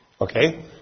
Okay